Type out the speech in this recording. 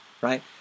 right